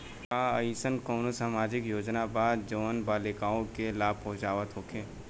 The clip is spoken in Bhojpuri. का एइसन कौनो सामाजिक योजना बा जउन बालिकाओं के लाभ पहुँचावत होखे?